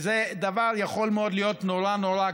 וזה דבר שיכול מאוד להיות נורא נורא,